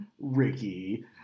Ricky